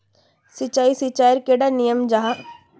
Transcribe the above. सिंचाई सिंचाईर कैडा नियम जाहा?